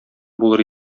булыр